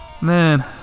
Man